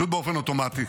אוחנה: כרגיל,